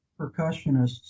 percussionists